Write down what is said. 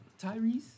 Tyrese